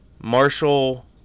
Marshall